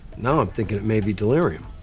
now i'm thinking it may be delirium.